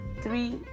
three